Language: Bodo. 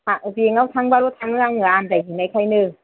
बेंक आव थांबाल' थाङो आङो आन्दायहैनायखायनो